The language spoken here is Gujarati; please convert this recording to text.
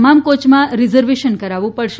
તમામ કોચમાં રિઝર્વેશન કરાવવું પડશે